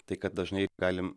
tai kad dažnai galim